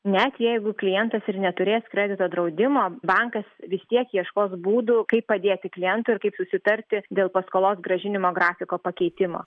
net jeigu klientas ir neturės kredito draudimo bankas vis tiek ieškos būdų kaip padėti klientui ir kaip susitarti dėl paskolos grąžinimo grafiko pakeitimo